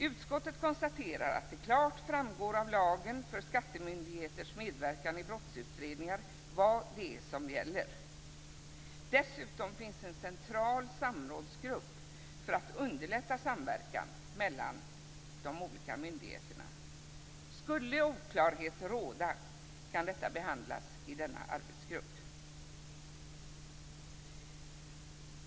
Utskottet konstaterar att det klart framgår av lagen för skattemyndigheters medverkan i brottsutredningar vad det är som gäller. Dessutom finns det en central samrådsgrupp för att underlätta samverkan mellan de olika myndigheterna. Skulle oklarhet råda kan detta behandlas i denna arbetsgrupp.